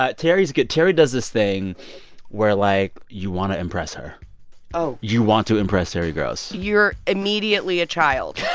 ah terry's good. terry does this thing where like, you want to impress her oh you want to impress terry gross you're immediately a child.